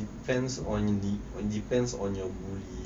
depends on the depends on your bully